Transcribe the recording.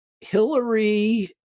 Hillary